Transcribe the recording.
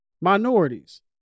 Minorities